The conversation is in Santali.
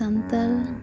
ᱥᱟᱱᱛᱟᱞ